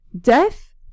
death